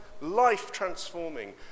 life-transforming